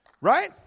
Right